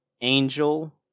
Angel